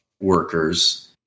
workers